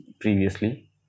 previously